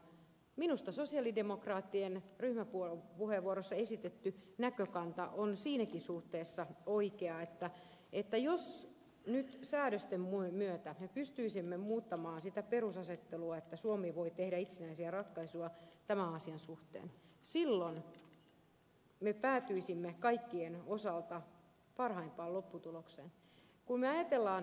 minusta sosialidemokraattien ryhmäpuheenvuorossa esitetty näkökanta on siinäkin suhteessa oikea että jos nyt säädösten myötä me pystyisimme muuttamaan sitä perusasettelua että suomi voi tehdä itsenäisiä ratkaisuja tämän asian suhteen silloin me päätyisimme kaikkien osalta parhaimpaan lopputulokseen